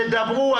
שתדברו.